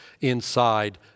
inside